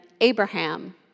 Abraham